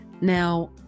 Now